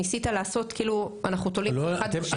ניסית לעשות כאילו אנחנו תולים את זה אחד בשני.